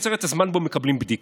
לקצר את הזמן שבו מקבלים בדיקה,